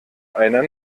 einer